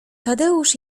tadeusz